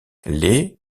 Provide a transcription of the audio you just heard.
les